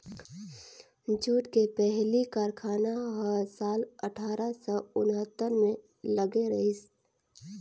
jute के पहिली कारखाना ह साल अठारा सौ उन्हत्तर म लगे रहिस